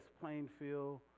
Plainfield